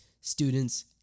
students